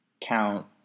count